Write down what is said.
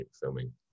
filming